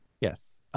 Yes